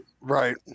Right